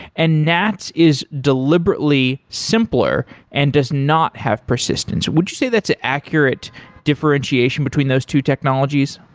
and nats is deliberately simpler and does not have persistence. would you say that's accurate differentiation between those two technologies?